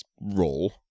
role